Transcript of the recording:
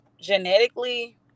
Genetically